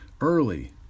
early